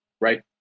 right